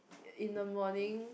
in the morning